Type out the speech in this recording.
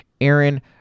Aaron